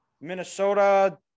Minnesota